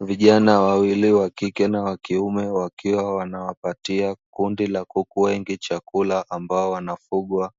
Vijana wawili, wa kike na wa kiume, wakiwa wanawapatia kundi la kuku wengi chakula ambao wanafugwa.